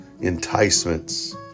enticements